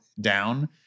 down